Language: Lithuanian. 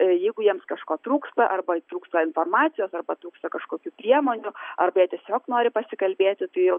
jeigu jiems kažko trūksta arba trūksta informacijos arba trūksta kažkokių priemonių arba jie tiesiog nori pasikalbėti tai